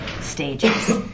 stages